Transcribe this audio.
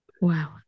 Wow